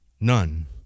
none